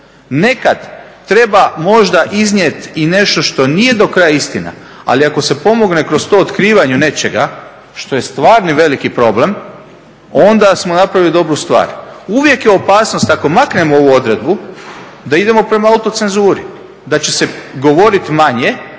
Nekada treba možda iznijeti i nešto što nije do kraja istina ali ako se pomogne kroz to otkrivanju nečega što je stvarni velik problem onda smo napravili dobru stvar. Uvijek je opasnost ako maknemo ovu odredbu da idemo prema autocenzuri, da će se govoriti manje